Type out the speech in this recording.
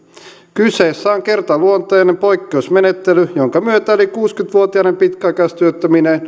kyseessä on kertaluonteinen poikkeusmenettely jonka myötä yli kuusikymmentä vuotiaiden pitkäaikaistyöttömien